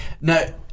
No